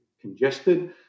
congested